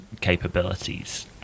capabilities